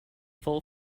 full